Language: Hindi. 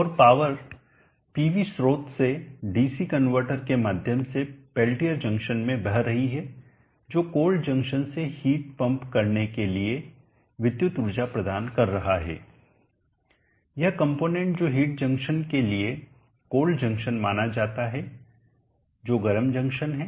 और पावर पीवी स्रोत से डीसी कनवर्टर के माध्यम से पेल्टियर जंक्शन में बह रही है जो कोल्ड जंक्शन से हीट पंप करने के लिए विद्युत ऊर्जा प्रदान कर रहा है यह कंपोनेंट जो हीट जंक्शन के लिए कोल्ड जंक्शन माना जाता है जो गर्म जंक्शन है